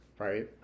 Right